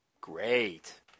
Great